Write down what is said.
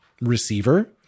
receiver